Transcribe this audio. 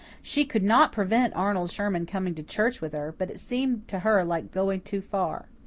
she could not prevent arnold sherman coming to church with her, but it seemed to her like going too far.